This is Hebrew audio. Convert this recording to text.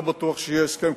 לא בטוח שיהיה הסכם,